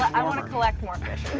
i want to collect more